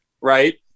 right